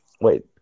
Wait